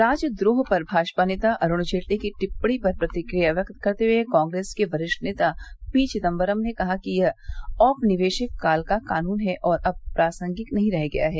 राजद्रोह पर भाजपा नेता अरूण जेटली की टिप्पणी पर प्रतिक्रिया व्यक्त करते हए कांग्रेस के वरिष्ठ नेता पी चिदम्बरम ने कहा कि यह औपनिवेशिक काल का कानून है और अब प्रासंगिक नहीं रह गया है